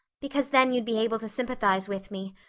because then you'd be able to sympathize with me.